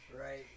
Right